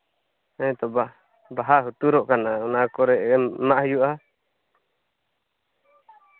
ᱦᱮᱸᱛᱚ ᱵᱟᱦᱟ ᱦᱩᱴᱩᱨᱚᱜ ᱠᱟᱱᱟ ᱚᱱᱟ ᱠᱚᱨᱮ ᱮᱢ ᱮᱢᱟᱜ ᱦᱩᱭᱩᱜᱼᱟ